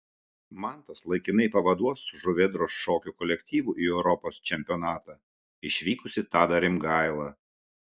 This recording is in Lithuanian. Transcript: mantas laikinai pavaduos su žuvėdros šokių kolektyvu į europos čempionatą išvykusi tadą rimgailą